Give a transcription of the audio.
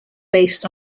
based